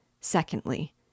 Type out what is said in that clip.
Secondly